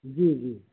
जी जी